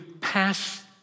pass